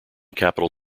capital